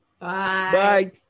Bye